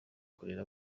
kurera